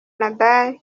nadal